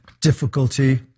difficulty